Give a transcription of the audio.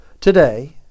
today